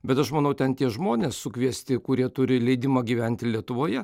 bet aš manau ten tie žmonės sukviesti kurie turi leidimą gyventi lietuvoje